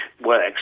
works